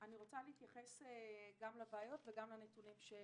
אני רוצה להתייחס גם לבעיות וגם לנתונים שהצגת,